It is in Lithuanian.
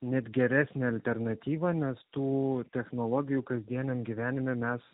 net geresnė alternatyva nes tų technologijų kasdieniam gyvenime mes